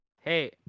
hey